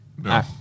No